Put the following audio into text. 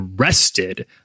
arrested